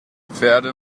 pferde